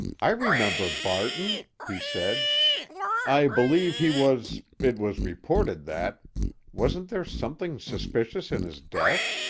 i remember barton, he said i believe he was it was reported that wasn't there something suspicious in his death?